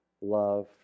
love